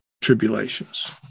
tribulations